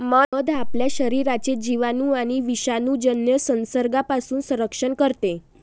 मध आपल्या शरीराचे जिवाणू आणि विषाणूजन्य संसर्गापासून संरक्षण करते